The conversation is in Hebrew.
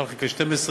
1 חלקי 12,